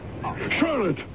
Charlotte